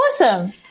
Awesome